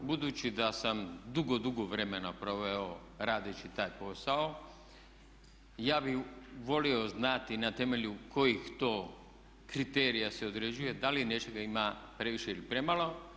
Budući da sam dugo, dugo vremena proveo radeći taj posao ja bih volio znati na temelju kojih to kriterija se određuje da li nečega ima previše ili premalo.